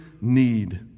need